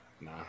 Nah